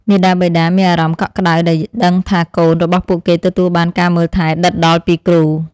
មាតាបិតាមានអារម្មណ៍កក់ក្តៅដែលដឹងថាកូនរបស់ពួកគេទទួលបានការមើលថែដិតដល់ពីគ្រូ។